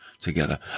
together